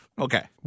Okay